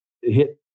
hit